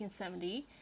1970